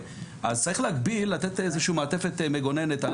צריך לתת איזושהי מעטפת מגוננת על